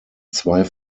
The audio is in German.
zwei